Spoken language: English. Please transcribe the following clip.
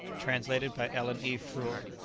translated by ellen e. frewer